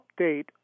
update